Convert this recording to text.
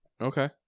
Okay